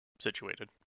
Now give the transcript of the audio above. situated